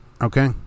okay